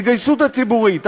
ההתגייסות הציבורית,